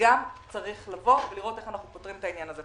גם צריך לראות איך אנחנו פותרים את העניין הזה.